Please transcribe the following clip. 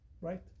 right